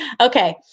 Okay